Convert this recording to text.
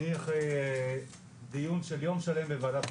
אני אחרי דיון של יום שלם בוועדת חוקה.